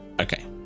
Okay